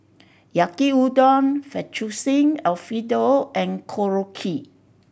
Yaki Udon Fettuccine Alfredo and Korokke